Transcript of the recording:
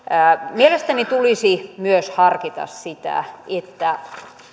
mielestäni tulisi myös harkita sitä että